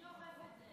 מי אוכף את זה.